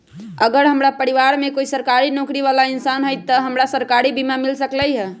अगर हमरा परिवार में कोई सरकारी नौकरी बाला इंसान हई त हमरा सरकारी बीमा मिल सकलई ह?